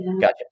gotcha